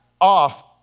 off